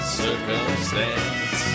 circumstance